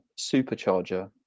supercharger